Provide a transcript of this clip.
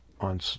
on